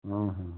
हाँ हाँ